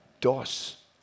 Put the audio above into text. Dos